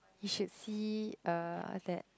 you should see uh that